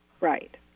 Right